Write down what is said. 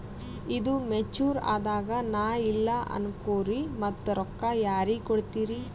ಈದು ಮೆಚುರ್ ಅದಾಗ ನಾ ಇಲ್ಲ ಅನಕೊರಿ ಮತ್ತ ರೊಕ್ಕ ಯಾರಿಗ ಕೊಡತಿರಿ?